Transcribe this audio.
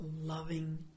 loving